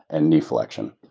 and knee flexion.